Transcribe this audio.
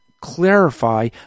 clarify